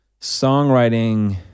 songwriting